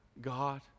God